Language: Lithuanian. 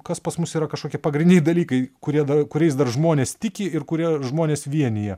kas pas mus yra kažkokie pagrindiniai dalykai kurie da kuriais dar žmonės tiki ir kurie žmones vienija